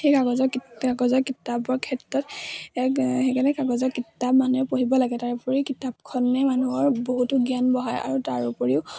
সেই কাগজৰ কিত কাগজৰ কিতাপৰ ক্ষেত্ৰত এক সেইকাৰণে কাগজৰ কিতাপ মানুহে পঢ়িব লাগে তাৰোপৰি কিতাপখনে মানুহৰ বহুতো জ্ঞান বঢ়ায় আৰু তাৰোপৰিও